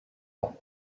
ans